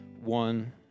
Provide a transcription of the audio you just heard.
One